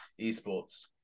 esports